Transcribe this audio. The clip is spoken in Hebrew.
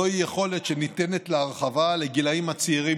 זוהי יכולת שניתנת להרחבה לגילים הצעירים